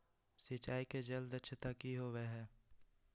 सिंचाई के जल दक्षता कि होवय हैय?